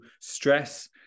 stress